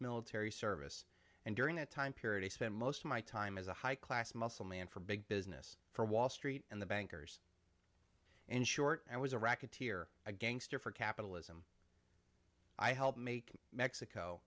military service and during that time period i spent most of my time as a high class muscle man for big business for wall street and the bankers in short i was a racketeer a gangster for capitalism i helped make mexico